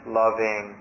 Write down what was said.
loving